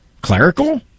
Clerical